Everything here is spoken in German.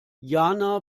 jana